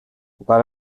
let